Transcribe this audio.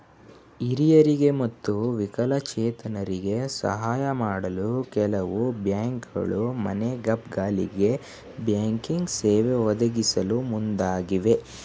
ಹಿರಿಯರಿಗೆ ಮತ್ತು ವಿಕಲಚೇತರಿಗೆ ಸಾಹಯ ಮಾಡಲು ಕೆಲವು ಬ್ಯಾಂಕ್ಗಳು ಮನೆಗ್ಬಾಗಿಲಿಗೆ ಬ್ಯಾಂಕಿಂಗ್ ಸೇವೆ ಒದಗಿಸಲು ಮುಂದಾಗಿವೆ